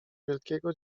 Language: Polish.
wielkiego